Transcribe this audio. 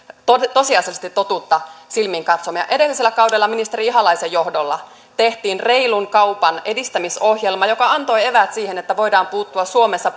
tosiasiallisesti totuutta silmiin katsomme edellisellä kaudella ministeri ihalaisen johdolla tehtiin reilun kaupan edistämisohjelma joka antoi eväät siihen että voidaan puuttua suomessa